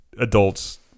adults